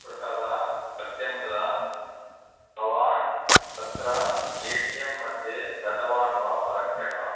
गुरुप्रसादः सत्यं वद भवान् तत्र ए टी एम् मध्ये गतवान् वा परह्यः